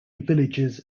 villages